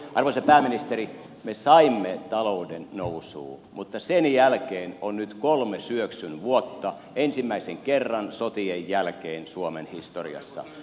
arvoisa pääministeri me saimme talouden nousuun mutta sen jälkeen on nyt ollut kolme syöksyn vuotta ensimmäisen kerran sotien jälkeen suomen historiassa